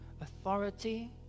authority